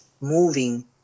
moving